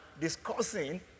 discussing